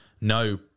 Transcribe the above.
no